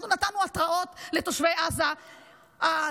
אנחנו נתנו התרעות לתושבי עזה הלא-מעורבים,